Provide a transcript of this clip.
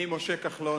אני, משה כחלון,